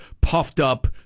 puffed-up